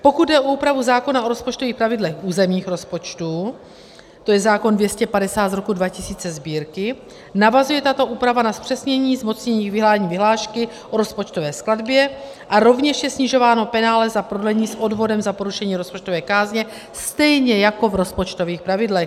Pokud jde o úpravu zákona o rozpočtových pravidlech územních rozpočtů, to je zákon č. 250/2000 Sb., navazuje tato úprava na zpřesnění zmocnění k vydání vyhlášky o rozpočtové skladbě a rovněž je snižováno penále za prodlení s odvodem za porušení rozpočtové kázně, stejně jako v rozpočtových pravidlech.